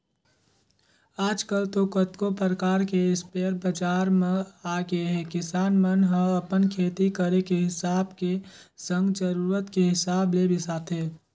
आजकल तो कतको परकार के इस्पेयर बजार म आगेहे किसान मन ह अपन खेती करे के हिसाब के संग जरुरत के हिसाब ले बिसाथे